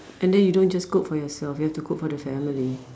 and then you don't just cook for yourself you have to cook for the family